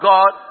God